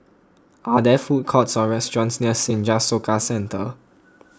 are there food courts or restaurants near Senja Soka Centre